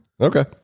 okay